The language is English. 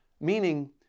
meaning